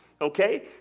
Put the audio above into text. Okay